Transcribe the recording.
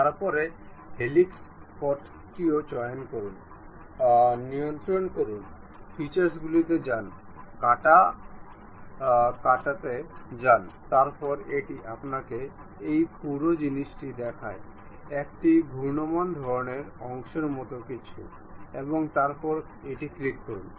তারপরে হেলিক্স পথটিও চয়ন করুন নিয়ন্ত্রণ করুন ফিচার্সগুলিতে যান কাটা কাটাতে যান তারপরে এটি আপনাকে এই পুরো জিনিসটি দেখায় একটি ঘূর্ণায়মান ধরণের অংশের মতো কিছু এবং তারপরে ক্লিক করুন